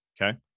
Okay